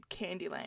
Candyland